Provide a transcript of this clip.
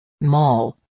Mall